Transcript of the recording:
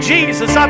Jesus